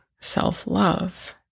self-love